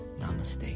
Namaste